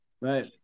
Right